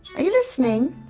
are you listening?